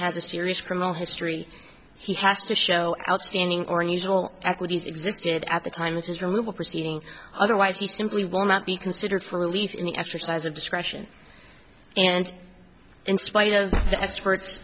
has a serious criminal history he has to show outstanding or unusual equities existed at the time of his removal proceedings otherwise he simply will not be considered for relief in the exercise of discretion and in spite of the expert